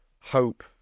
hope